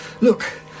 Look